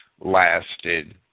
lasted